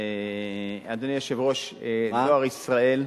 אדוני היושב-ראש, "דואר ישראל"